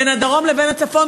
בין הדרום לבין הצפון,